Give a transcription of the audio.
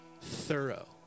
thorough